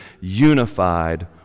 unified